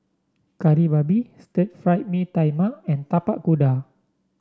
Kari Babi Stir Fried Mee Tai Mak and Tapak Kuda